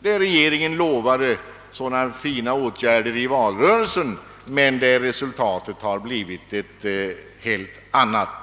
där regeringen lovade så fina åtgärder i valrörelsen men där resultatet har blivit ett helt annat.